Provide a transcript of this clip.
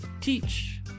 teach